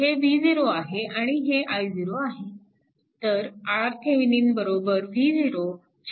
हे V0 आहे आणि हे i0 आहे